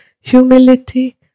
humility